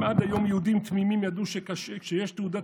אם עד היום יהודים תמימים ידעו שאם יש תעודת